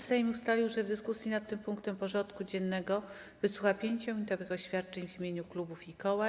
Sejm ustalił, że w dyskusji nad tym punktem porządku dziennego wysłucha 5-minutowych oświadczeń w imieniu klubów i koła.